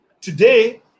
today